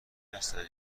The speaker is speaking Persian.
هستن